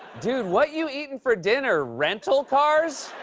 dude, what you eatin' for dinner, rental cars?